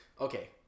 Okay